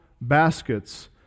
baskets